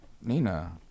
Nina